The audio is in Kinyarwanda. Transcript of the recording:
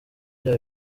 bya